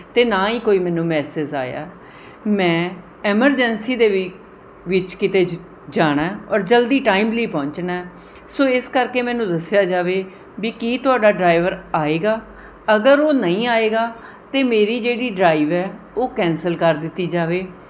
ਅਤੇ ਨਾ ਹੀ ਕੋਈ ਮੈਨੂੰ ਮੈਸੇਜ਼ ਆਇਆ ਮੈਂ ਐਮਰਜੈਂਸੀ ਦੇ ਵੀ ਵਿੱਚ ਕਿਤੇ ਜ ਜਾਣਾ ਔਰ ਜਲਦੀ ਟਾਈਮਲੀ ਪਹੁੰਚਣਾ ਸੋ ਇਸ ਕਰਕੇ ਮੈਨੂੰ ਦੱਸਿਆ ਜਾਵੇ ਵੀ ਕੀ ਤੁਹਾਡਾ ਡਰਾਈਵਰ ਆਵੇਗਾ ਅਗਰ ਉਹ ਨਹੀਂ ਆਵੇਗਾ ਤਾਂ ਮੇਰੀ ਜਿਹੜੀ ਡਰਾਈਵ ਹੈ ਉਹ ਕੈਂਸਲ ਕਰ ਦਿੱਤੀ ਜਾਵੇ